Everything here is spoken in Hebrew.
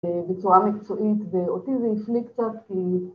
אה... בצורה מקצועית, ואותי זה הפליא קצת כי...